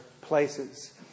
places